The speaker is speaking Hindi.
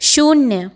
शून्य